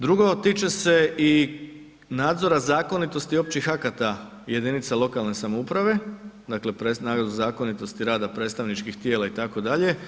Drugo, tiče se i nadzora zakonitosti općih akata jedinica lokalne samouprave, dakle … zakonitosti rada predstavničkih tijela itd.